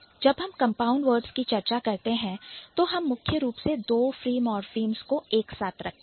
जब हम compound words की चर्चा करते हैं तो हम मुख्य रूप से दो फ्री मॉर्फीम्स को एक साथ रखते हैं